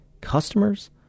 customers